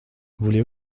voulez